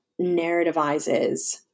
narrativizes